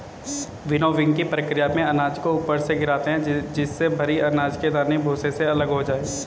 विनोविंगकी प्रकिया में अनाज को ऊपर से गिराते है जिससे भरी अनाज के दाने भूसे से अलग हो जाए